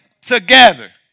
together